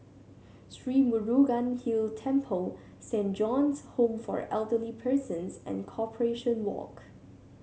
Sri Murugan Hill Temple Saint John's Home for Elderly Persons and Corporation Walk